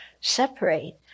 separate